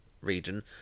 region